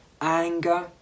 anger